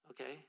okay